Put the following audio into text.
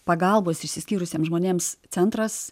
pagalbos išsiskyrusiems žmonėms centras